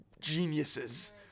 geniuses